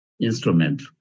instrument